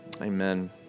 Amen